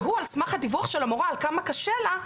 והוא על סמך הדיווח של המורה על כמה קשה לה,